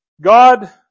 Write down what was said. God